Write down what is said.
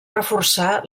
reforçar